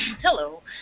Hello